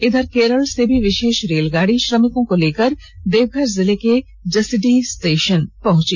इधर केरल से भी विषेष रेलगाड़ी श्रमिकों को लेकर देवघर जिले के जसीडीह स्टेषन पहुंची